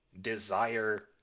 desire